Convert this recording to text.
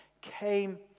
came